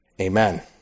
Amen